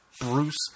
Bruce